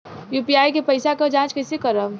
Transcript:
UPI के पैसा क जांच कइसे करब?